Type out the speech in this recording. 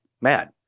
mad